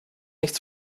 nicht